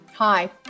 Hi